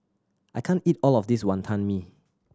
I can't eat all of this Wantan Mee